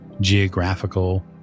geographical